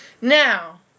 Now